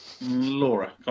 laura